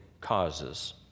causes